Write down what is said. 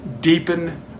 deepen